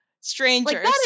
Strangers